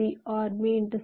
C OR B